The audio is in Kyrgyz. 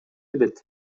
билет